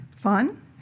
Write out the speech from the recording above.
Fun